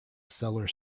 cellar